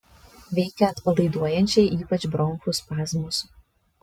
veikia atpalaiduojančiai ypač bronchų spazmus